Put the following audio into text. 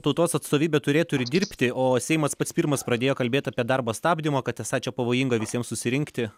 tautos atstovybė turėtų ir dirbti o seimas pats pirmas pradėjo kalbėt apie darbo stabdymą kad esą čia pavojinga visiems susirinkti